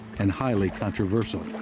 and highly controversial.